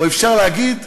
או אפשר להגיד,